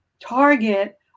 target